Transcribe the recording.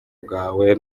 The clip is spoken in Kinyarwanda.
bwawe